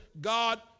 God